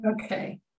okay